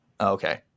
Okay